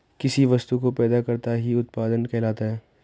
किसी वस्तु को पैदा करना ही उत्पादन कहलाता है